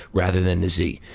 rather than the z.